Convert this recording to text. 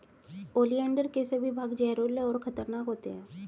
oleander के सभी भाग जहरीले और खतरनाक होते हैं